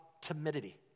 timidity